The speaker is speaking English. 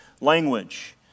language